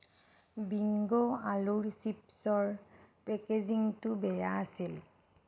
being' আলুৰ chips ৰ পেকেজিঙটো বেয়া আছিল